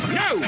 no